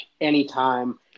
anytime